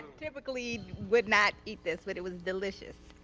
typically would not eat this but it was delicious.